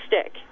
stick